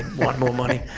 wanting more money.